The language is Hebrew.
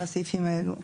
לסעיפים האלו.